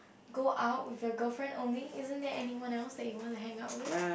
go out with your girlfriend only isn't there anyone else that you want to hang out with